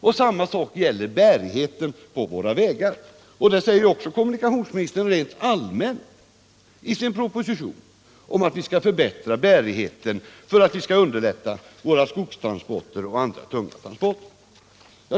till. Samma sak gäller bärigheten på våra vägar. Där säger kommunikationsministern rent allmänt i sin proposition att vi skall förbättra bärigheten för att underlätta skogstransporter och andra tunga transporter.